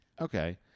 Okay